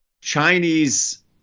Chinese